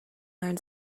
learn